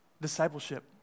discipleship